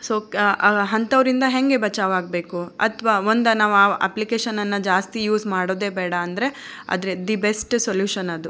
so ಅಂಥವ್ರಿಂದ ಹೇಗೆ ಬಚಾವಾಗಬೇಕು ಅಥ್ವಾ ಒಂದು ನಾವು ಆ ಅಪ್ಲಿಕೇಶನನ್ನು ಜಾಸ್ತಿ ಯೂಸ್ ಮಾಡೋದೇ ಬೇಡ ಅಂದರೆ ಅದರ ದಿ ಬೆಸ್ಟ್ ಸೊಲ್ಯೂಷನ್ ಅದು